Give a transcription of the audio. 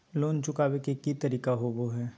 Loan चुकाबे के की तरीका होबो हइ?